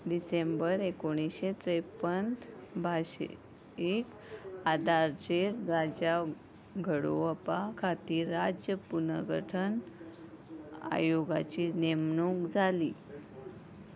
डिसेंबर एकोणिशे त्रेपन्न भाशेक आदारचेर राज्या घडोवपा खातीर राज्य पुनर्गठन आयोगाची नेमणूक जाली